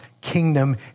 kingdom